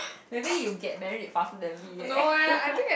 maybe you get married faster than me eh